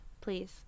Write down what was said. please